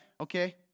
okay